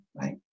right